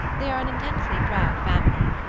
they are an intensely proud family,